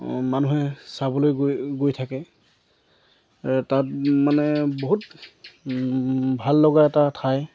মানুহে চাবলৈ গৈ গৈ থাকে তাত মানে বহুত ভাল লগা এটা ঠাই